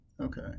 Okay